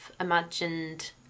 imagined